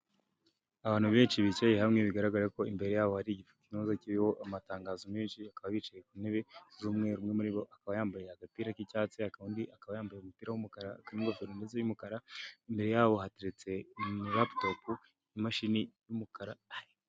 Abantu benshi bicaye hamwe bigaragara ko imbere yabo ari igi ikibazo kiriho amatangazo menshi akaba yicaye ku ntebe z'umweru umwe muri bo akaba yambaye agapira k'icyatsi kandi akaba yambaye umupira wumukara n'ingofero nzizaeza yumukara imbere yawo hateretseinlaptop imashini y'umukara.